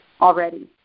already